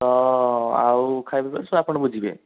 ତ ଆଉ ଖାଇବା ପିଇବା ସବୁ ଆପଣ ବୁଝିବେ